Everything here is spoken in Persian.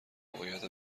موقعیت